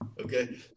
Okay